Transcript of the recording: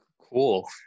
Cool